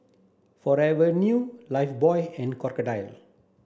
Forever New Lifebuoy and Crocodile